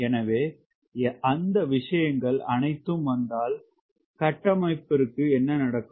எனவே அந்த விஷயங்கள் அனைத்தும் வந்தால் கட்டமைப்பிற்கு என்ன நடக்கும்